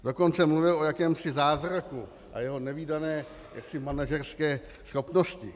Dokonce mluvil o jakémsi zázraku a jeho nevídané manažerské schopnosti.